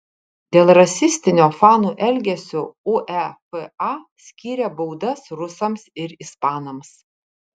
dėl rasistinio fanų elgesio uefa skyrė baudas rusams ir ispanams